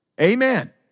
Amen